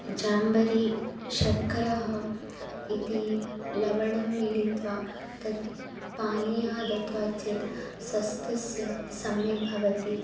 जम्बीरं शर्करा इति लवणं मिलित्वा तत् पानीयः दत्वा चेत् स्वास्थ्य सम्यक् भवति